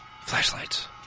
Flashlights